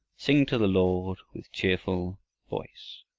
sing to the lord with cheerful voice.